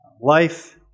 life